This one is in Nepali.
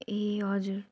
ए हजुर